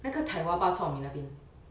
那个 tai hwa bak chor mee 那边